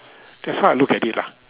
that's how I look at it lah